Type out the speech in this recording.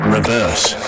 Reverse